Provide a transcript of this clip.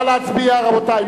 בבקשה, נא להצביע, רבותי.